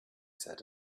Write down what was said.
said